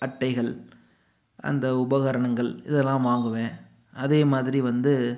அட்டைகள் அந்த உபகரணங்கள் இதெல்லாம் வாங்குவேன் அதே மாதிரி வந்து